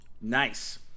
Nice